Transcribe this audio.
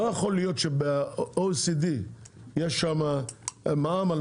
לא יכול להיות שב-OECD יש שם מע"מ על